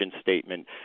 statement